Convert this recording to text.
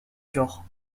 genre